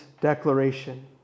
declaration